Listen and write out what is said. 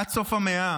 עד סוף המאה